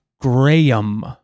Graham